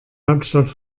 hauptstadt